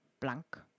blank